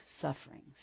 sufferings